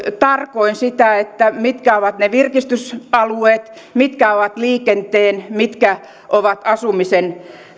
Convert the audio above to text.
tarkoin sitä mitkä ovat ne virkistysalueet mitkä ovat liikenteen ja mitkä ovat asumisen